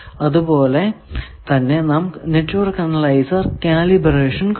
അതുപോലെ തന്നെ നാം നെറ്റ്വർക്ക് അനലൈസർ കാലിബ്രേഷൻ കണ്ടു